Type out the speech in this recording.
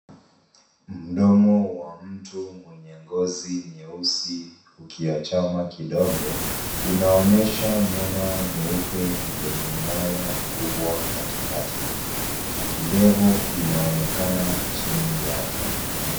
Mdomo wa mtu mwenye ngozi nyeusi ukiachama kidogo, unaonyesha meno meupe yenye mwanya mkubwa katikati. Kidevu kinaonekana chini yake.